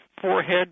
forehead